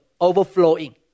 overflowing